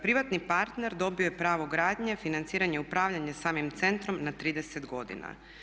Privatni partner dobio je pravo gradnje, financiranje i upravljanje samim centrom na 30 godina.